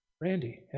Randy